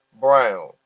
Brown